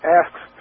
asks